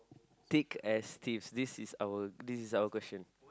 thick as teeths this is our this is our question